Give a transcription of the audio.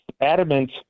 adamant